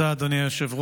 תודה, אדוני היושב-ראש.